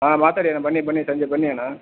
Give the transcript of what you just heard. ಹಾಂ ಮಾತಾಡಿ ಅಣ್ಣ ಬನ್ನಿ ಬನ್ನಿ ಸಂಜೆ ಬನ್ನಿ ಅಣ್ಣ